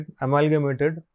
amalgamated